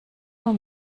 nur